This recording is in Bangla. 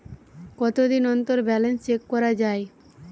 কতদিন অন্তর ব্যালান্স চেক করা য়ায়?